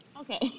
Okay